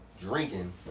drinking